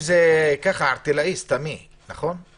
חמישה חודשים זה סתמי, נכון?